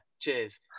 cheers